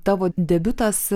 tavo debiutas